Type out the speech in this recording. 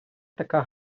така